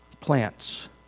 plants